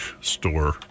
store